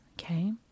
Okay